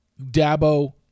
Dabo